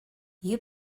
you